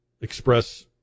express